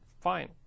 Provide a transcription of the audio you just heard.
fine